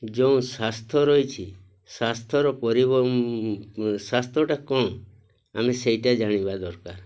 ଯୋଉ ରହିଛି ସ୍ୱାସ୍ଥ୍ୟର କମ୍ ଆମେ ସେଇଟା କ'ଣ ଜାଣିବା ଦରକାର